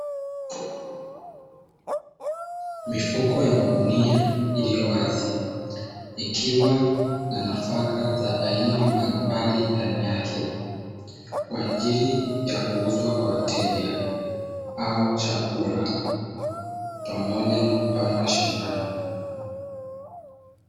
Mifuko ya magunia iliyo wazi, ikiwa na nafaka za aina mbalimbali ndani yake, kwa ajili ya kuuzwa kwa wateja au chakula pamoja na kupandwa shambani.